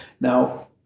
Now